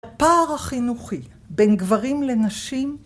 הפער החינוכי בין גברים לנשים